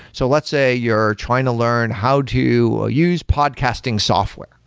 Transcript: so let's say you're trying to learn how to use podcasting software,